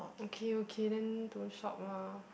okay okay then don't shop lah